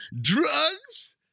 Drugs